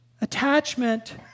attachment